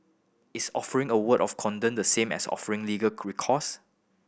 is offering a word of condolence the same as offering legal recourse